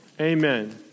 Amen